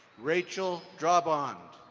rachel draban.